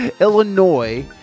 Illinois